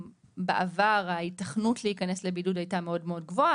בעבר ההיתכנות להיכנס לבידוד הייתה מאוד מאוד גבוהה,